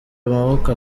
amaboko